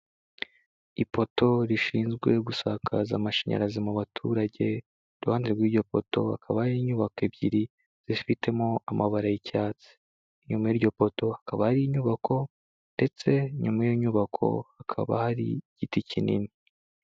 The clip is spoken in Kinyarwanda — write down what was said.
Ipoto rishinzwe gusakaza amashanyarazi mu baturage, iruhande rw'iryo poto hakaba hari inyubako ebyiri, zifitemo amabara y'icyatsi. Inyuma y'iryo poto hakaba hari inyubako, ndetse nyuma y'inyubako hakaba hari igiti kinini.